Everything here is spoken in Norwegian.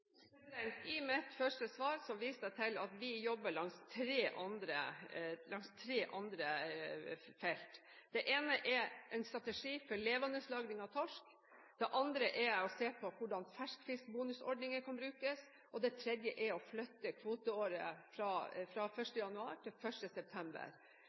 I mitt første svar viste jeg til at vi jobber på tre andre felt. Det ene er en strategi for levendelagring av torsk, det andre er å se på hvordan ferskfiskbonusordninger kan brukes, og det tredje er å flytte kvoteåret fra 1. januar til 1. september.